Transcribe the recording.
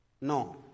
No